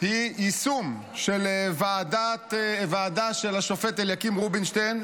היא יישום של ועדה של השופט אליקים רובינשטיין,